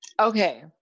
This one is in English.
Okay